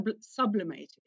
sublimated